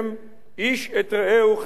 איש את רעהו חיים בלעו.